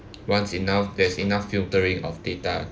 once enough there's enough filtering of data